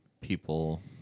people